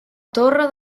torre